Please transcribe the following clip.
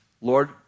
Lord